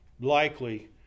likely